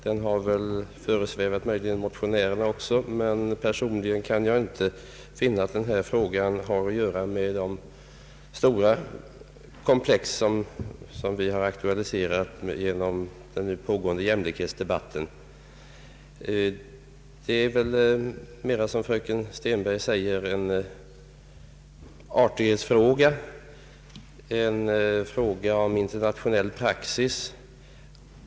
Den har möjligen föresvävat motionärerna, men personligen kan jag inte finna att denna fråga har att göra med de stora problemkomplex som vi har aktualiserat genom den nu pågående jämlikhetsdebatten. Detta är, som fröken Stenberg säger, mera en artighetsfråga — en fråga om internationell praxis.